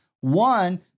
One